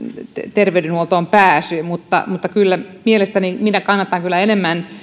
terveydenhuoltoon pääsy minä kyllä kannatan enemmän